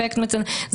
אפקט מצנן.